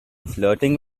flirting